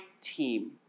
team